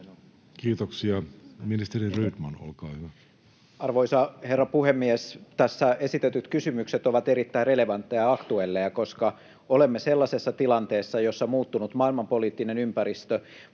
kesk) Time: 16:39 Content: Arvoisa herra puhemies! Tässä esitetyt kysymykset ovat erittäin relevantteja ja aktuelleja, koska olemme sellaisessa tilanteessa, jossa muuttunut maailmanpoliittinen ympäristö